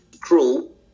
cruel